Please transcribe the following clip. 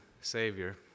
Savior